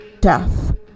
death